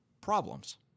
problems